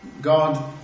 God